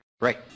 right